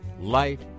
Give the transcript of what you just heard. Light